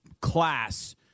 class